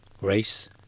race